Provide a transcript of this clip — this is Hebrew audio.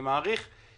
אני מחכה